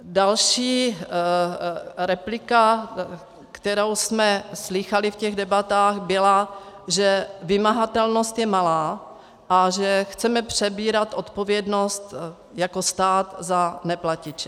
Další replika, kterou jsme slýchali v těch debatách, byla, že vymahatelnost je malá a že chceme přebírat odpovědnost jako stát za neplatiče.